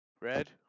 Red